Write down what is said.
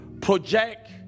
project